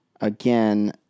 again